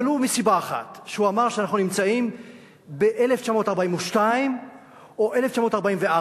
ולו מסיבה אחת: שהוא אמר שאנחנו נמצאים ב-1942 או 1944,